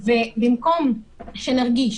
במקום שנרגיש